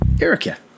Erica